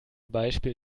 beispiel